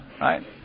right